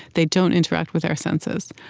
they don't interact with our senses.